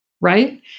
right